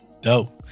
Dope